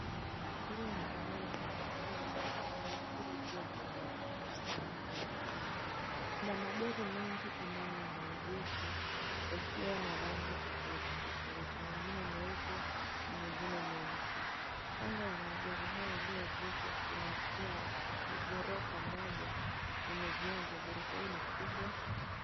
Hili ni eneo la mjini. Eneo hili pia ni la kuuzia magari. Kuna magari mengi ambayo yameegeshwa yakiwa na rangi tofauti tofauti mengine meupe na mengine meusi. Kando ya magari hayo yaliyoegeshwa kuna pia ghorofa moja limejengwa. Ghorofa hii ni kubwa.